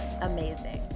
amazing